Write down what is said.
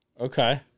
Okay